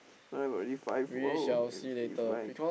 now got this five !wow! it's it's like